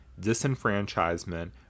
disenfranchisement